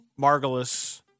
Margulis